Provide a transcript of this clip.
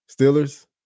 Steelers